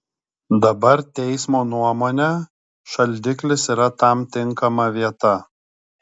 dabar teismo nuomone šaldiklis yra tam tinkama vieta